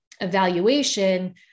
evaluation